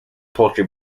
poultry